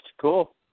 Cool